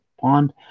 pond